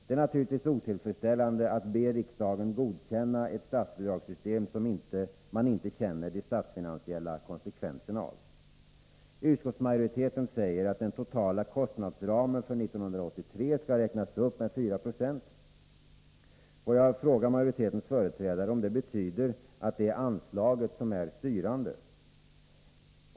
Det är naturligtvis otillfredsställande att be riksdagen godkänna ett statsbidragssystem man inte känner de statsfinansiella konsekvenserna av. Utskottsmajoriteten säger att den totala kostnadsramen för 1983 skall räknas upp med 4 96. Får jag fråga majoritetens företrädare om det betyder att det är anslaget som är styrande?